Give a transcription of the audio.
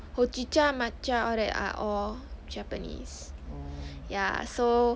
hojicha matcha all that are all japanese ya so